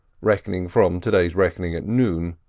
reckoning from to-day's reckoning at noon.